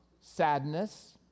sadness